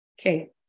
Okay